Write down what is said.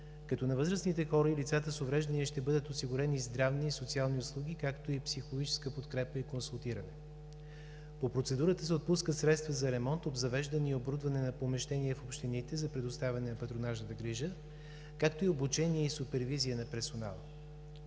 като на възрастните хора и лицата с увреждания ще бъдат осигурени здравни и социални услуги, както и психологическа подкрепа и консултиране. По процедурата се отпускат средства за ремонт, обзавеждане и оборудване на помещения в общините за предоставяне на патронажна грижа, както за обучение и супервизия на персонала.